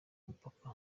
umupaka